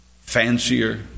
fancier